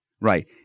Right